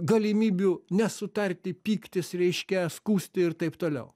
galimybių nesutarti pyktis reiškia skųsti ir taip toliau